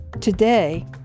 Today